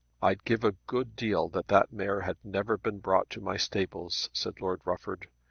i'd give a good deal that that mare had never been brought to my stables, said lord rufford.